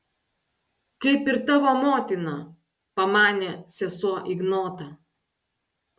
kaip ir tavo motina pamanė sesuo ignotą